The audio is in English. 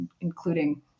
including